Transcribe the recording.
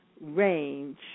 range